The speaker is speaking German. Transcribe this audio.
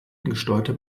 gesteuerte